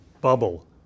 bubble